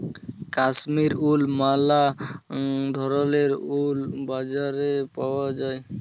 Kashmir wool ম্যালা ধরলের wool বাজারে পাউয়া যায়